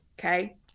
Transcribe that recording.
okay